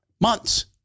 Months